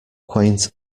quaint